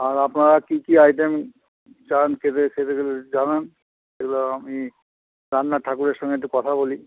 আর আপনারা কী কী আইটেম চান খেতে সেটা তাহলে জানান এবার আমি রান্নার ঠাকুরের সঙ্গে একটু কথা বলি